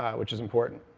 which is important.